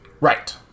Right